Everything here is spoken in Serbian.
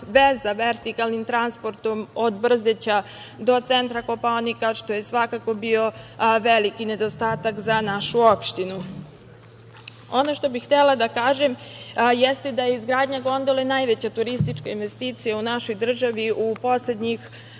veza vertikalnim transportom od Brzeće do centra Kopaonika, što je svakako bio veliki nedostatak za našu opštinu. Ono što bih htela da kažem jeste da je izgradnja gondole najveća turistička investicija u našoj državi, a u poslednjih